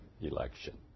election